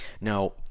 now